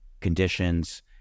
conditions